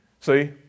See